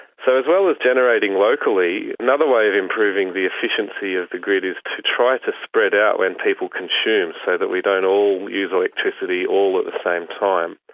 so as well as generating locally, another way of improving the efficiency of the grid is to try to spread out when people consume so that we don't all use electricity all at the same time,